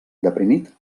deprimit